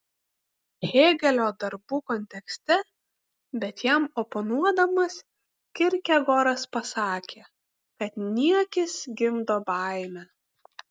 hėgelio darbų kontekste bet jam oponuodamas kirkegoras pasakė kad niekis gimdo baimę